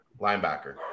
Linebacker